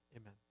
Amen